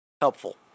helpful